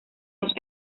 los